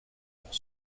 pour